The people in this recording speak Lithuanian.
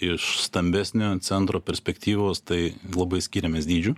iš stambesnio centro perspektyvos tai labai skiriamės dydžiu